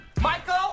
Michael